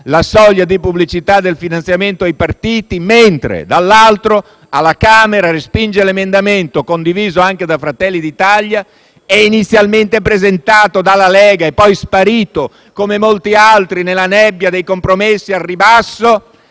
la soglia di pubblicità dei finanziamenti ai partiti, mentre dall'altro alla Camera respinge un emendamento - condiviso anche da Fratelli d'Italia - inizialmente presentato dalla Lega e poi sparito, come molti altri, nella nebbia del compromesso al ribasso.